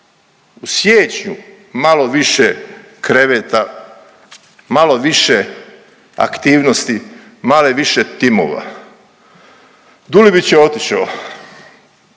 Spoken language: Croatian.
u siječnju malo više kreveta, malo više aktivnosti, malo više timova. Dulibić je otišao,